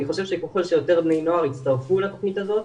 אני חושב שככל שיותר בני נוער יצטרפו לתוכנית הזאת,